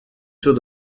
saut